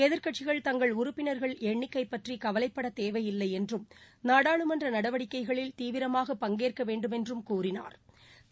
எதிர்கட்சிகள் தங்கள் உறுப்பினர்கள் எண்ணிக்கை பற்றி கவலைப்பட தேவையில்லை என்றும் நாடாளுமன்ற நடவடிக்கைகளில் தீவிரமாக பங்கேற்க வேண்டுமென்றும் கூறினாா்